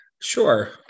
sure